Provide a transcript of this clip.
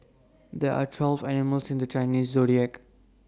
there are twelve animals in the Chinese Zodiac